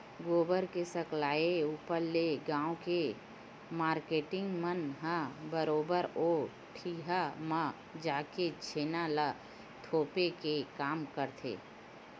गोबर के सकलाय ऊपर ले गाँव के मारकेटिंग मन ह बरोबर ओ ढिहाँ म जाके छेना ल थोपे के काम करथे